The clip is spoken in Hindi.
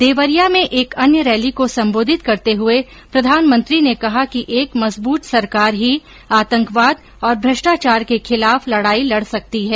देवरिया में एक अन्य रैली को संबोधित करते हुए प्रधानमंत्री ने कहा कि एक मजूबत सरकार ही आतंकवाद और भ्रष्टाचार के खिलाफ लड़ाई लड़ सकती है